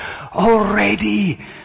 already